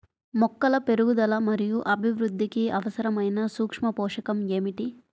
మొక్కల పెరుగుదల మరియు అభివృద్ధికి అవసరమైన సూక్ష్మ పోషకం ఏమిటి?